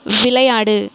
விளையாடு